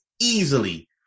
easily